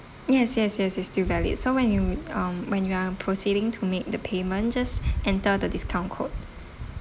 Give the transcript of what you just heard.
yes yes yes it's still valid so when you um when you are proceeding to make the payment just enter the discount code